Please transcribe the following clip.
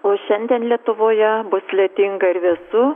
o šiandien lietuvoje bus lietinga ir vėsu